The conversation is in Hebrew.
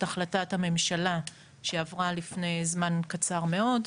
החלטת הממשלה שעברה לפני זמן קצר מאוד,